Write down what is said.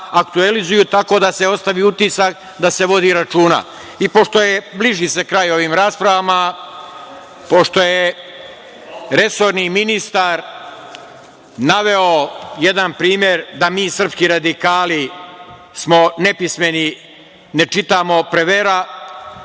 aktuelizuju tako da se ostavi utisak da se vodi računa. Bliži se kraj ovim raspravama. Pošto je resorni ministar naveo jedan primer da smo mi srpski radikali nepismeni, ne čitamo Prevera.